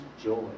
joy